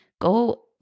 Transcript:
go